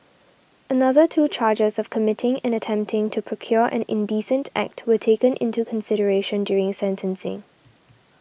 another two charges of committing and attempting to procure an indecent act were taken into consideration during sentencing